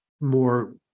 more